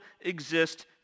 exist